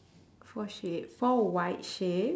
four sheep four white sheep~